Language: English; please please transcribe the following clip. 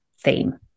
theme